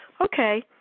Okay